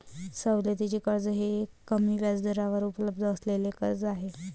सवलतीचे कर्ज हे कमी व्याजदरावर उपलब्ध असलेले कर्ज आहे